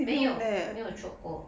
没有没有 choke 过